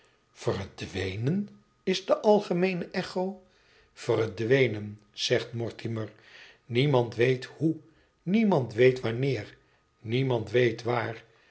verdwenen i is de algemeene echo verdwenen zegt mortimer niemand weet hoe niemand weet wanneer niemand weet waar